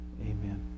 Amen